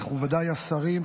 מכובדיי השרים,